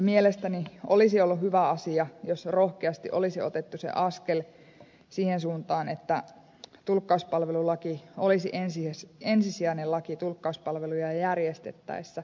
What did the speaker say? mielestäni olisi ollut hyvä asia jos rohkeasti olisi otettu se askel siihen suuntaan että tulkkauspalvelulaki olisi ensisijainen laki tulkkauspalveluja järjestettäessä